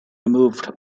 removed